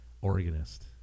organist